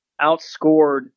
outscored